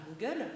Google